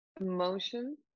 emotions